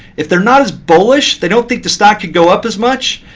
if they're not as bullish, they don't think the stock could go up as much,